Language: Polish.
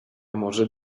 może